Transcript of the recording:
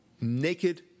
naked